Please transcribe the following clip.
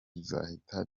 bizahita